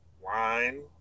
wine